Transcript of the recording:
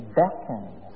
beckons